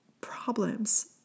problems